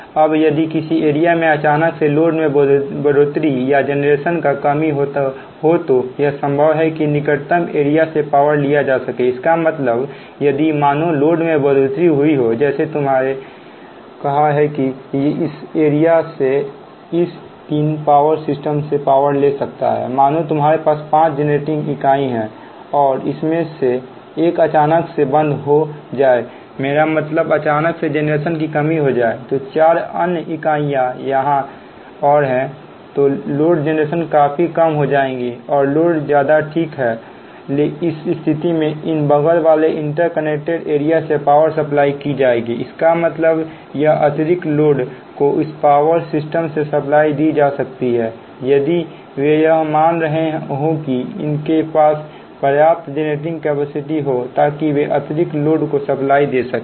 अब यदि किसी एरिया में अचानक से लोड में बढ़ोतरी या जेनरेशन का कमी होतो यह संभव है कि निकटतम एरिया से पावर लिया जा सके इसका मतलब यदि मानो लोड में बढ़ोतरी हुई हो जैसा मैंने तुम्हें कहा है की यह इस एरिया से इस तीनों पावर सिस्टम से पावर ले सकता है मानो तुम्हारे पास पांच जेनरेटिंग इकाई है और उनमें से एक अचानक से बंद हो जाए मेरा मतलब मतलब अचानक से जनरेशन की कमी हो जाए तो चार अन्य इकाई यहां और हैं तो लोड जेनरेशन काफी कम हो जाएगी और लोड ज्यादा ठीक है इस स्थिति में इन बगल वाले इंटरकनेक्टेड एरिया से पावर सप्लाई की जाएगी इसका मतलब यह अतिरिक्त लोड को इस पावर सिस्टम से सप्लाई दी जा सकती है यदि वे यह मान रहे हो की उनके पास पर्याप्त जेनरेटिंग कैपेसिटी हो ताकि वे अतिरिक्त लोड को सप्लाई दे सकें